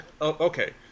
okay